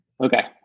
Okay